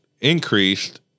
increased